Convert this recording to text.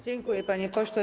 Dziękuję, panie pośle.